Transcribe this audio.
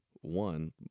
one